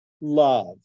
love